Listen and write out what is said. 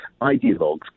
ideologues